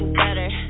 better